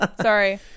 Sorry